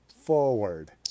forward